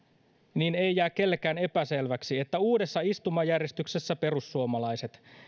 niin ei jää kellekään epäselväksi että uudessa istumajärjestyksessä perussuomalaiset